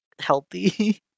healthy